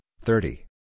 thirty